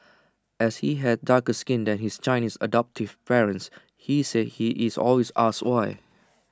as he has darker skin than his Chinese adoptive parents he said he is always asked why